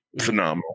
phenomenal